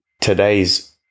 today's